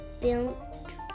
built